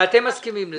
ואתם מסכימים לזה.